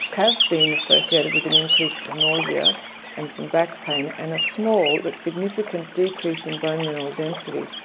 have been associated with an increase of nausea and some back pain and a small but significant decrease in bone mineral density.